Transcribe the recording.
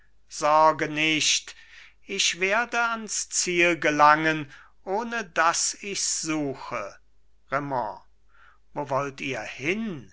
sorge nicht ich werde ans ziel gelangen ohne daß ichs suche raimond wo wollt ihr hin